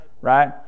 right